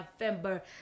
november